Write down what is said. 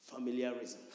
familiarism